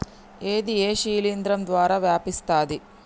ఇది ఏ శిలింద్రం ద్వారా వ్యాపిస్తది?